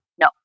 No